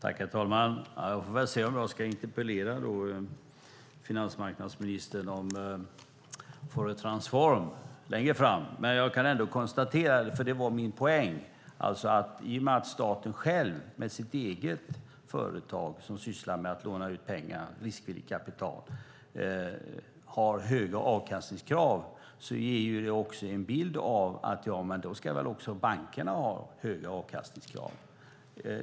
Herr talman! Jag får väl se om jag ska interpellera finansmarknadsministern om Fouriertransform längre fram. Jag kan ändå konstatera, vilket var min poäng, att i och med att staten själv med sitt eget företag som sysslar med att låna ut pengar, riskvilligt kapital, har höga avkastningskrav ger det en bild av att bankerna väl också ska ha höga avkastningskrav.